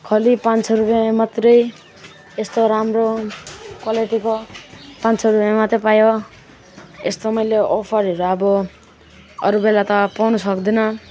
खाली पाँच सय रुपियाँमा मात्रै यस्तो राम्रो क्वालिटीको पाँच सय रुपियाँ मात्रै पायो यस्तो मैले अफरहरू अब अरू बेला त पाउनु सक्दिनँ